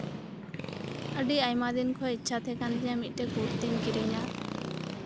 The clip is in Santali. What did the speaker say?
ᱟᱹᱰᱤ ᱟᱭᱢᱟ ᱫᱤᱱ ᱠᱷᱚᱱ ᱤᱪᱪᱷᱟᱹ ᱛᱟᱦᱮᱸ ᱠᱟᱱ ᱛᱤᱧᱟᱹ ᱢᱤᱫᱴᱮᱱ ᱠᱩᱨᱛᱤᱧ ᱠᱤᱨᱤᱧᱟ